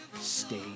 stay